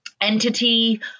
entity